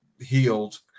healed